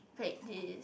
fake this